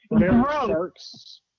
sharks